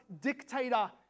dictator